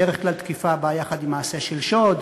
בדרך כלל תקיפה באה יחד עם מעשה של שוד